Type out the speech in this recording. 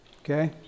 Okay